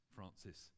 Francis